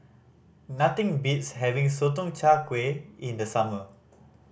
nothing beats having Sotong Char Kway in the summer